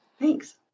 thanks